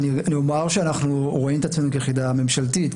אנחנו ראים את עצמנו כיחידה ממשלתית,